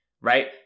Right